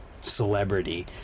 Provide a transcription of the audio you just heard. celebrity